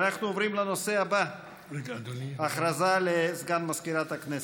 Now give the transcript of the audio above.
אנחנו עוברים לנושא הבא, הודעה לסגן מזכירת הכנסת.